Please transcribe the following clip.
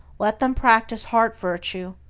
let them practice heart-virtue,